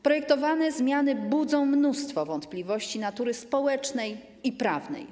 Projektowane zmiany budzą mnóstwo wątpliwości natury społecznej i prawnej.